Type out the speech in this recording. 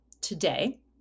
today